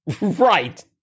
Right